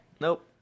Nope